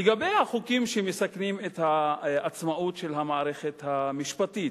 לגבי החוקים שמסכנים את העצמאות של המערכת המשפטית,